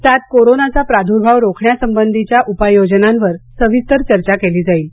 त्यात कोरोनाचा प्रादुर्भाव रोखण्यासंबंधीच्या उपाय योजनांवर सविस्तर चर्चा केली जाईल